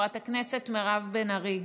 חברת הכנסת מירב בן ארי,